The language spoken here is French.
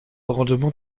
rendement